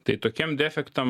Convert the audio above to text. tai tokiem defektam